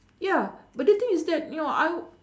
ya but the thing is that you know I